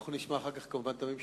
אנחנו נשמע אחר כך כמובן את נציג